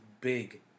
big